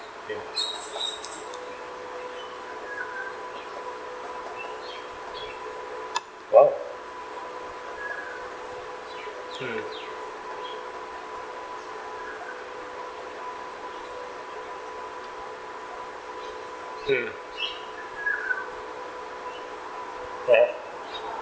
okay !wow! mm mm where